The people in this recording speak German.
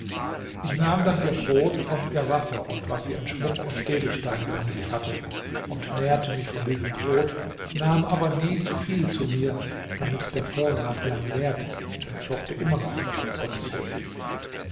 ich nahm dann ihr brot und ihr wasser und was sie an schmuck und edelsteinen an sich hatte und nährte mich von diesem brot nahm aber nie zu viel zu mir damit der vorrat lang währte denn ich hoffte immer noch auf gottes hilfe